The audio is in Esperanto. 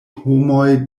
homoj